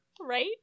Right